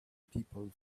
people